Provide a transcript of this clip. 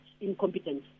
incompetent